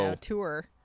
tour